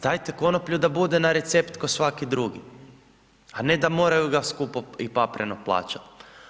Dajte konoplju da bude na recept kao svaki drugi, a ne da moraju ga skupo i papreno plaćati.